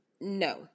no